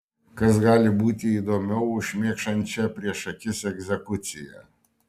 kas gali būti įdomiau už šmėkšančią prieš akis egzekuciją